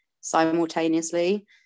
simultaneously